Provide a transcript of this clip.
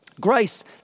Grace